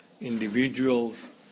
individuals